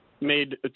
made